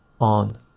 on